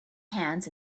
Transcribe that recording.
hands